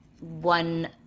one